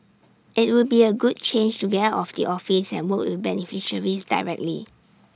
IT would be A good change to get out of the office and work with beneficiaries directly